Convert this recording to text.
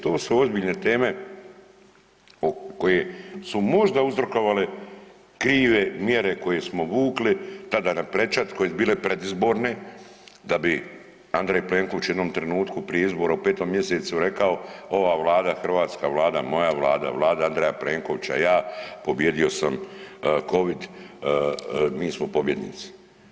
To su ozbiljne teme koje su možda uzrokovale krive mjere koje smo vukli tada na prečac koje su bile predizborne da bi Andrej Plenković u jednom trenutku prije izbora u 5. mjesecu rekao ova Vlada, hrvatska Vlada, moja Vlada, Vlada Andreja Plenkovića, ja pobijedio sam COVID, mi smo pobjednici.